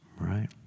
right